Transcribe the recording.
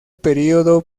período